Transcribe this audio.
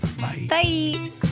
Bye